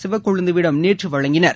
சிவக்கொழுந்து விடம் நேற்று வழங்கினர்